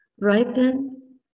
ripen